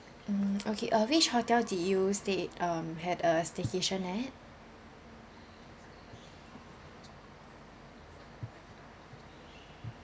mm okay uh which hotel did you stay um had a staycation at